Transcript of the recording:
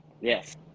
Yes